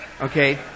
Okay